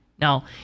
Now